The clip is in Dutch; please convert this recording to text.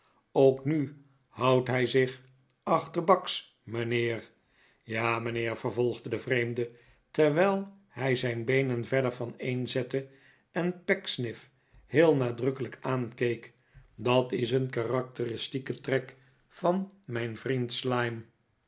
ook nu houdt hij zich achterbaks mijnheer ja mijnheer vervolgde de vreemde terwijl hij zijn beenen verder vaneen zette en pecksniff heel nadrukkelijk aankeek dat is een karakteristieke trek van mijn vriend slyme